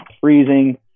freezing